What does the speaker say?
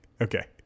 okay